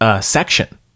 section